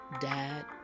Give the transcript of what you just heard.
Dad